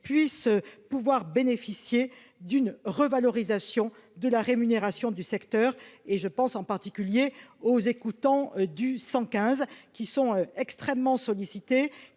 puissent pouvoir bénéficier d'une revalorisation de la rémunération du secteur et je pense en particulier aux écoutants du 115 qui sont extrêmement sollicités,